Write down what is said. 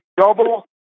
double